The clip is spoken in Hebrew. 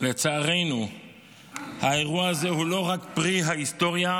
לצערנו האירוע הזה הוא לא רק פרי ההיסטוריה,